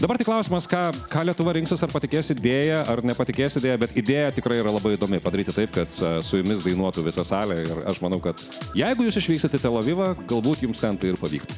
dabar tik klausimas ką ką lietuva rinksis ar patikės idėja ar nepatikėsite bet idėja tikrai yra labai įdomi padaryti tai kad su jumis dainuotų visa salė ir aš manau kad jeigu jūs išvykstate tel avivą galbūt jums ten tai ir pavyktų